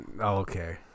Okay